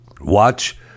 watch